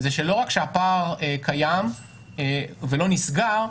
לא רק שהפער קיים ולא נסגר,